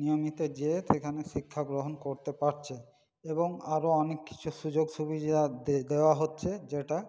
নিয়মিত যেয়ে সেখানে শিক্ষাগ্রহণ করতে পারছে এবং আরও অনেক কিছু সুযোগ সুবিধা দে দেওয়া হচ্ছে যেটা